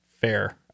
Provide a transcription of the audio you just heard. fair